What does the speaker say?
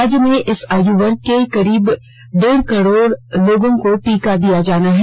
राज्य में इस आयु वर्ग के करीब डेढ़ करोड़ लोगों को टीका दिया जाना है